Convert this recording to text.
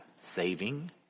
saving